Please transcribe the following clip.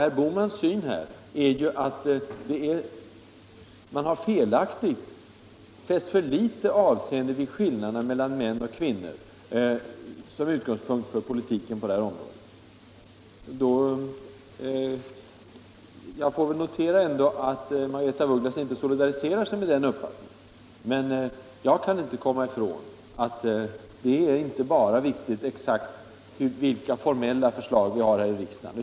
Herr Bohmans syn är att man felaktigt har fäst för litet avseende vid skillnaderna mellan män och kvinnor som utgångspunkt för politiken på detta område. Jag får väl ändå notera att fru af Ugglas inte solidariserar sig med den uppfattningen? Men jag kan inte komma ifrån tanken att det viktiga inte bara är vilka förslag vi framlägger i riksdagen.